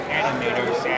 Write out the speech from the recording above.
animators